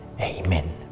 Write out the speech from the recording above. Amen